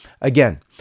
Again